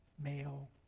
male